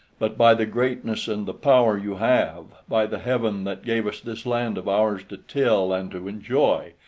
but by the greatness and the power you have, by the heaven that gave us this land of ours to till and to enjoy,